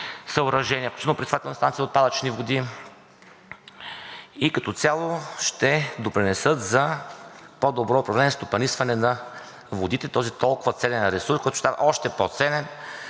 съоръжения, включително пречиствателни станции за отпадъчни води и като цяло ще допринесат за по-добро управление и стопанисване на водите – този толкова ценен ресурс, който ще става още по-ценен